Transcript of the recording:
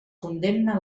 condemna